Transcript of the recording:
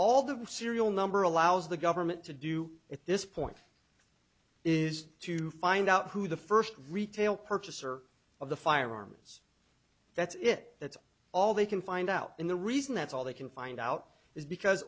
all the serial number allows the government to do at this point is to find out who the first retail purchaser of the firearms that's it that's all they can find out in the reason that's all they can find out is because